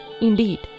Indeed